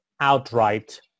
outright